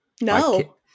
No